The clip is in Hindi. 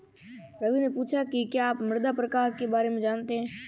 रवि ने पूछा कि क्या आप मृदा प्रकार के बारे में जानते है?